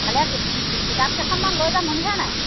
কাইলৈ কিতাপকেইখনমান লৈ যাম শুনিছা নাই